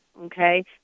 okay